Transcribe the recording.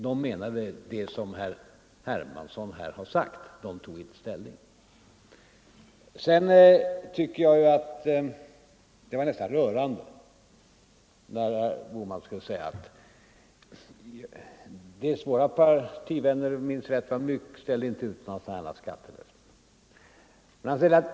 De menade just det som herr Hermansson här sagt — de tog inte ställning. Det var nästan rörande att höra herr Bohman: Mina partivänner ställde, om jag minns rätt, inte ut några skattelöften.